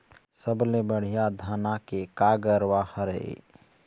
सबले बढ़िया धाना के का गरवा हर ये?